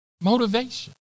motivation